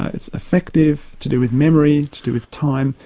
it's affective, to do with memory, to do with time,